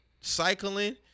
cycling